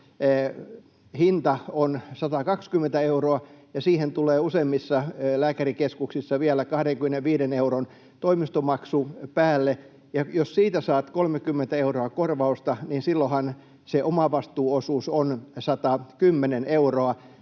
hinta on 120 euroa ja siihen tulee useimmissa lääkärikeskuksissa vielä 25 euron toimistomaksu päälle, ja jos siitä saat 30 euroa korvausta, niin silloinhan se omavastuu-osuus on 110 euroa.